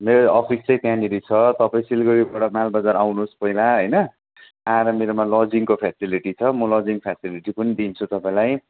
मेरो अफिस चाहिँ त्यहाँनिर छ तपाईँ सिलगढीबाट मालबजार आउनुहोस् पहिला हैन आएर मेरोमा लजिङको फ्यासिलिटी छ म लजिङ फ्यासिलिटी पनि दिन्छु तपाईँलाई